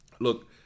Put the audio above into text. look